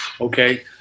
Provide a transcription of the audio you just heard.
Okay